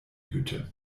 güte